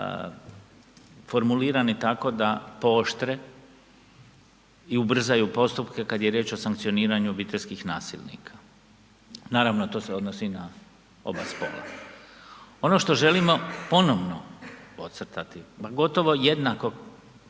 formulirani tako da pooštre i ubrzaju postupke kada je riječ o sankcioniranju obiteljskih nasilnika, naravno to se odnosi na oba spola. Ono što želimo ponovno podcrtati, pa gotovo jednako